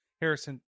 Harrison